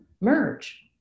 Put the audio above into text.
merge